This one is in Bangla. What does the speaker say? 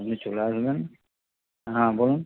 আপনি চলে আসবেন হ্যাঁ বলুন